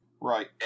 right